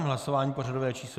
Hlasování pořadové číslo 261.